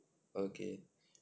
okay